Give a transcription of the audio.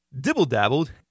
dibble-dabbled